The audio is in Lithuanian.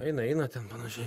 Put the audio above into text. eina eina ten panašiai